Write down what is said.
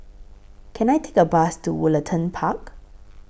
Can I Take A Bus to Woollerton Park